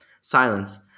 Silence